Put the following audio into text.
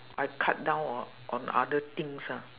I cut down on on other things ah